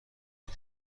این